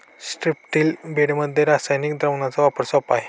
स्ट्रिप्टील बेडमध्ये रासायनिक द्रावणाचा वापर सोपा आहे